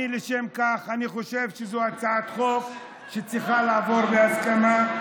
אני חושב שזאת הצעת חוק שצריכה לעבור בהסכמה,